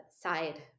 side